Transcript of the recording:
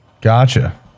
Gotcha